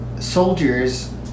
soldiers